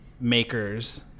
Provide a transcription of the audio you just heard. makers